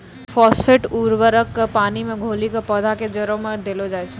phosphate उर्वरक क पानी मे घोली कॅ पौधा केरो जड़ में देलो जाय छै